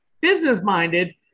business-minded